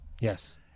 Yes